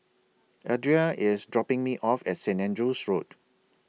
Adria IS dropping Me off At St Andrew's Road